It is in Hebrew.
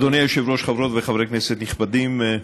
אדוני היושב-ראש, חברות וחברי כנסת נכבדים, השרים,